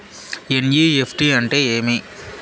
NEFT అంటే ఏమి